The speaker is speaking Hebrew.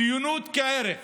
ציונות כערך